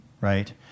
right